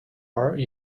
are